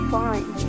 fine